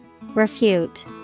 Refute